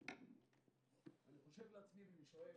אני חושב לעצמי ושואל: